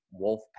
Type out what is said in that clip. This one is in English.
Wolfpack